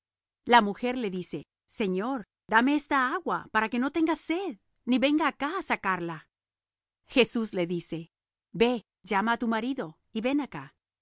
la mujer le dice señor dame esta agua para que no tenga sed ni venga acá á sacar la jesús le dice ve llama á tu marido y ven acá